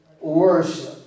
worship